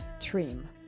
trim